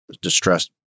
distressed